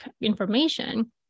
information